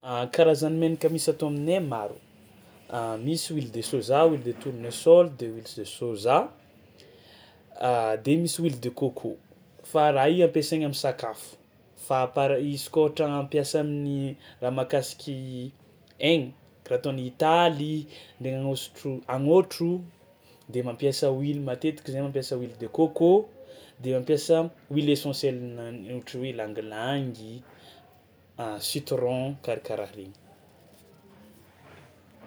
A karazany menaka misy ato aminay maro: misy huile de soja, huile de tournesol de huile se- soja de misy huile de coco fa raha i ampiasaigna am'sakafo fa par- izy kôa ohatra agnampiasa amin'ny raha mahakasiky aigny raha tao ny taly, le nagnôsotro hagnôtro de mampiasa huile matetiky zahay mampiasa huile de coco de mampiasa huile essentielle nan- ohatra hoe ylang-ylang, a citron karakaraha regny.